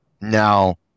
now